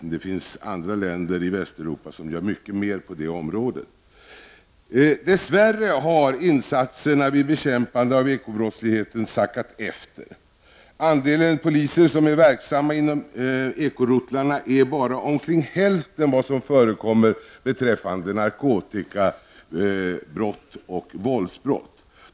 Dess värre har insatserna vid bekämpande av ekobrottsligheten sackat efter. Andelen poliser som är verksamma inom ekorotlarna är bara omkring hälften av vad som förekommer beträffande narkotika resp. våldsbrott.